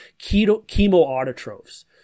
Chemoautotrophs